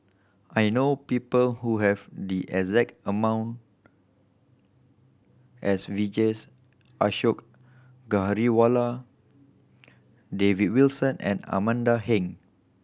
I know people who have the exact among as Vijesh Ashok Ghariwala David Wilson and Amanda Heng